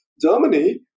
Germany